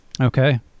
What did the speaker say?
Okay